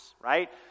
right